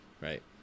right